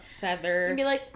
feather